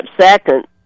second